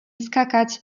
skakać